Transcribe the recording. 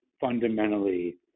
fundamentally